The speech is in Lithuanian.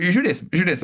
žiūrėsim žiūrėsim